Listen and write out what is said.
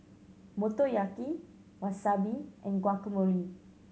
Motoyaki Wasabi and Guacamole